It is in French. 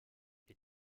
est